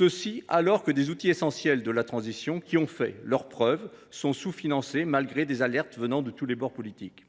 et ce alors que des outils essentiels de la transition qui ont fait leurs preuves sont sous financés malgré des alertes venant de tous les bords politiques.